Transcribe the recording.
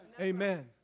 Amen